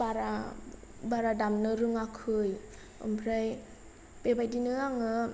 बारा बारा दामनो रोङाखै ओमफ्राय बेबादिनो आङो